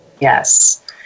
Yes